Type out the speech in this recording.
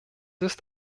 ist